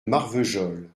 marvejol